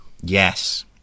Yes